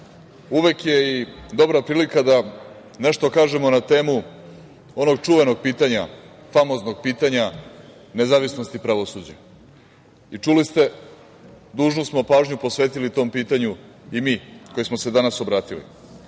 uvek je i dobra prilika da nešto kažemo na temu onog čuvenog pitanja, famoznog pitanja nezavisnosti pravosuđa. Čuli ste, dužnu smo pažnju posvetili tom pitanju i mi koji smo se danas obratili.